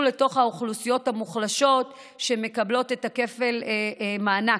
לתוך האוכלוסיות המוחלשות שמקבלות כפל מענק.